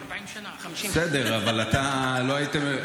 40 שנה, 50. בסדר, אבל אתה, לא משנה.